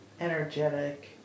energetic